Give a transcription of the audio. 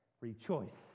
Rejoice